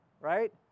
right